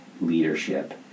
leadership